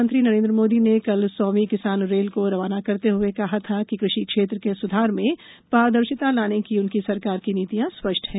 प्रधानपमंत्री नरेन्द्र मोदी ने भी कल सौवीं किसान रेल को रवाना करते हए कहा था कि कृषि क्षेत्र के सुधार में पारदर्शिता लाने की उनकी सरकार की नीतियां स्पष्ट हैं